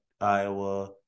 Iowa